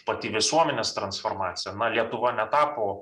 pati visuomenės transformacija na lietuva netapo